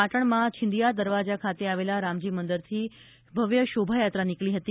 પાટણમાં છીન્દીયા દરવાજા ખાતે આવેલા રામજી મંદિરથી ભવ્ય શોભાયાત્રા નીકળી હતી